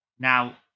Now